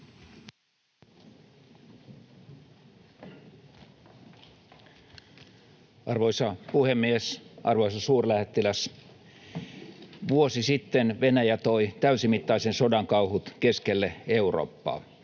Arvoisa puhemies! Arvoisa suurlähettiläs! Vuosi sitten Venäjä toi täysimittaisen sodan kauhut keskelle Eurooppaa.